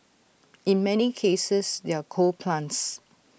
in many cases they're coal plants